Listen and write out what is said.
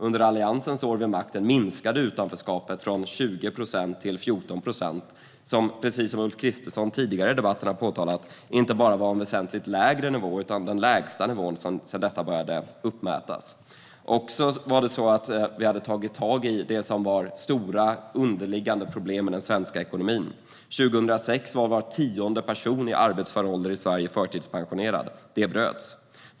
Under Alliansens år vid makten minskade utanförskapet från 20 procent till 14 procent som, vilket Ulf Kristersson tidigare i debatten har påtalat, inte bara var en väsentligt lägre nivå utan den lägsta nivån sedan detta började mätas. Vi hade tagit tag i de stora underliggande problemen i den svenska ekonomin. Var tionde person i arbetsför ålder i Sverige var förtidspensionerad 2006. Det bröts.